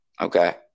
Okay